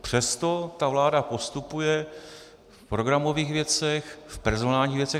Přesto vláda postupuje v programových věcech, v personálních věcech...